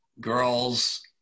Girls